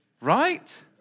right